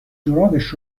جورابش